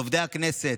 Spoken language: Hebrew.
לעובדי הכנסת,